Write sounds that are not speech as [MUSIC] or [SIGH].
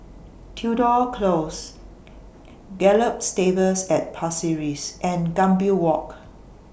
Tudor Close [NOISE] Gallop Stables At Pasir Ris and Gambir Walk